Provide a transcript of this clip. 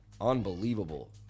Unbelievable